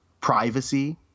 privacy